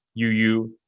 UU